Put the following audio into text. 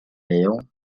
يوم